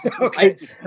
Okay